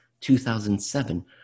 2007